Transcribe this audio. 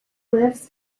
lives